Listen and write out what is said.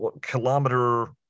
kilometer